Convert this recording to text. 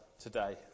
today